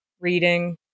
reading